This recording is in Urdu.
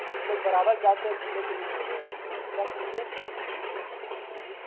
ہم لوگ برابر جاتے ہیں گھومنے کے لیے تو کچھ کم کیجیے اس لیے